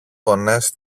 φωνές